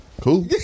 cool